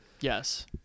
yes